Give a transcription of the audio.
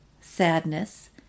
sadness